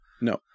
No